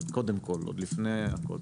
זה קודם כל, עוד לפני הכל.